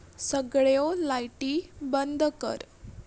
सगळ्यो लायटी बंद कर